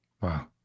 Wow